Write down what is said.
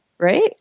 right